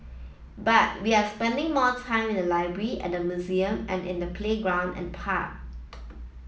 but we are spending more time in the library at museum and in the playground and park